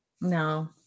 No